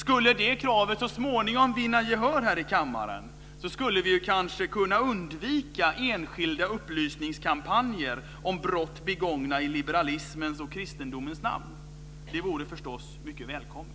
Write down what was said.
Skulle det kravet så småningom vinna gehör här i kammaren skulle vi kanske kunna undvika enskilda upplysningskampanjer om brott begångna i liberalismens och kristendomens namn. Det vore förstås mycket välkommet.